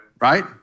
Right